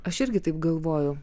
aš irgi taip galvoju